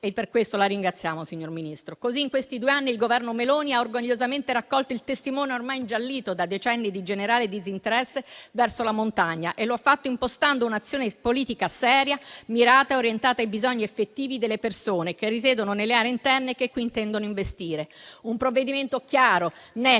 E per questo la ringraziamo, signor Ministro. In questi due anni il Governo Meloni ha orgogliosamente raccolto il testimone ormai ingiallito da decenni di generale disinteresse verso la montagna e lo ha fatto impostando un'azione politica seria, mirata e orientata ai bisogni effettivi delle persone che risiedono nelle aree interne e che qui intendono investire. Un provvedimento chiaro,